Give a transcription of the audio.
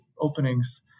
openings